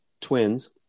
twins